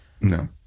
No